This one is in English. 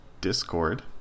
Discord